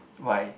why